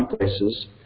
places